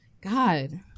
God